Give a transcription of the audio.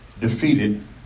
defeated